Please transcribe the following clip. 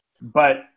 but-